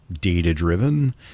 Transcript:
data-driven